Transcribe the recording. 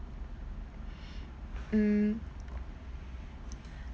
mm